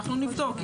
אנחנו נבדוק.